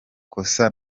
kosa